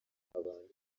abantu